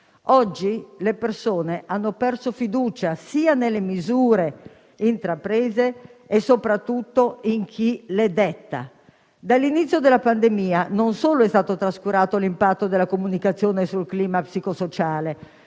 Oggi le persone hanno perso fiducia sia nelle misure intraprese sia soprattutto in chi le detta. Dall'inizio della pandemia non solo è stato trascurato l'impatto della comunicazione sul clima psicosociale